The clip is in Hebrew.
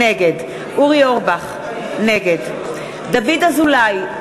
נגד אורי אורבך, נגד דוד אזולאי,